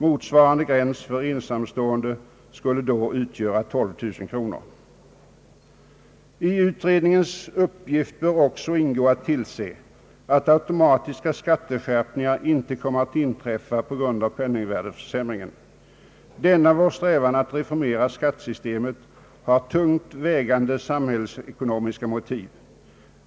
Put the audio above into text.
Motsvarande gräns för ensamstående skulle utgöra 12 000 kronor. I utredningens uppgift bör också ingå att tillse att automatiska skatteskärpningar inte kommer att inträffa på grund av penningvärdeförsämring. Denna vår strävan att reformera skattesystemet har tungt vägande samhällsekonomiska motiv.